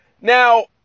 Now